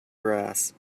grass